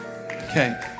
Okay